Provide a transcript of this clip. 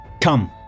Come